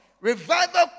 Revival